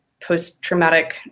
post-traumatic